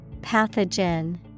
Pathogen